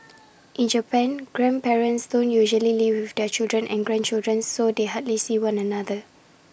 in Japan grandparents don't usually live with their children and grandchildren so they hardly see one another